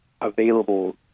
available